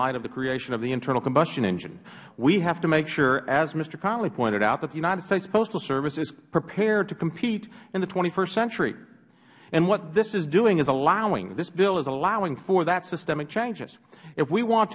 light of the creation of the internal combustion engine we have to make sure as mister connolly pointed out that the united states postal service is prepared to compete in the st century and what this is doing is allowing this bill is allowing for that systemic changes if we want